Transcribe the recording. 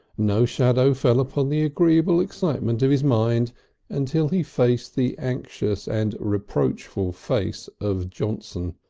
no shadow fell upon the agreeable excitement of his mind until he faced the anxious and reproachful face of johnson,